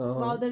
(uh huh)